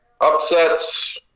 upsets